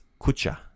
kucha